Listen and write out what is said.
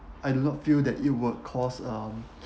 I do not feel that it would cause um